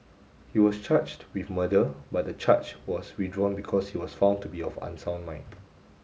he was charged with murder but the charge was withdrawn because he was found to be of unsound mind